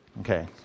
Okay